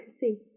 See